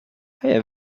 have